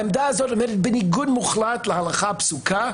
העמדה הזאת עומדת בניגוד מוחלט להלכה הפסוקה,